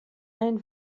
ein